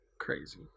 crazy